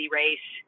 race